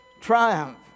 triumph